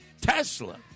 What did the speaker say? Tesla